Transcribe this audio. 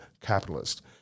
capitalist